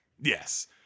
Yes